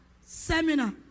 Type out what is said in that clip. seminar